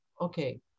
okay